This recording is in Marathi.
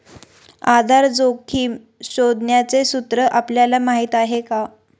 आधार जोखिम शोधण्याचे सूत्र आपल्याला माहीत आहे का?